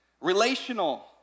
relational